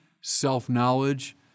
self-knowledge